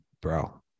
bro